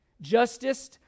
Justice